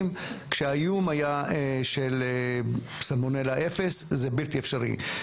כשהאיום היה סלמונלה 0 זה בלתי אפשרי.